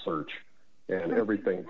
search and everything